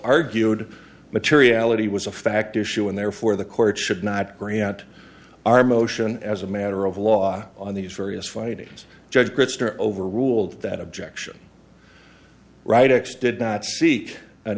argued materiality was a fact issue and therefore the court should not grant our motion as a matter of law on these various fightings judge christer overruled that objection right x did not seek an